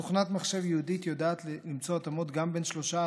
תוכנת מחשב ייעודית יודעת למצוא התאמות גם בין שלושה,